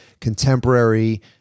contemporary